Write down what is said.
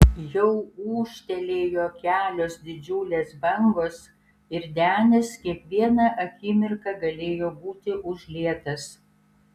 jau ūžtelėjo kelios didžiulės bangos ir denis kiekvieną akimirką galėjo būti užlietas